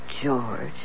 George